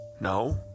No